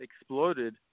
exploded